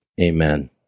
amen